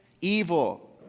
evil